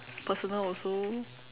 personal also